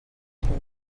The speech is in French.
pour